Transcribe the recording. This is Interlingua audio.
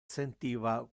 sentiva